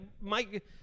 Mike